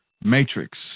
matrix